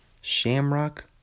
shamrock